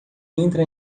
entra